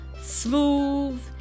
smooth